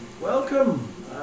welcome